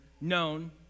known